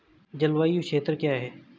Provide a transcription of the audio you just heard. जलवायु क्षेत्र क्या है?